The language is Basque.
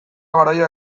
garaia